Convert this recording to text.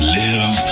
live